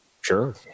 Sure